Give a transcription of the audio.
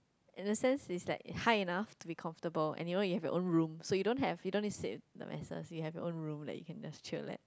in the sense it is like high enough to be comfortable and you know you have your own room so you don't have you don't to save the matter you have your room like you can just chill that